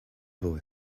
boy